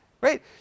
right